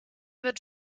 wird